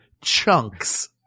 chunks